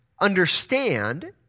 understand